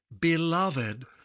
Beloved